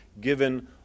given